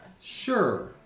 Sure